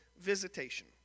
Visitation